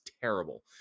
terrible